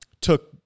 took